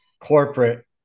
corporate